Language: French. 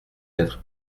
être